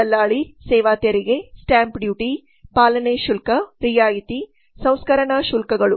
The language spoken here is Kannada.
ದಲ್ಲಾಳಿ ಸೇವಾ ತೆರಿಗೆ ಸ್ಟಾಂಪ್ ಡ್ಯೂಟಿ ಪಾಲನೆ ಶುಲ್ಕ ರಿಯಾಯಿತಿ ಸಂಸ್ಕರಣಾ ಶುಲ್ಕಗಳು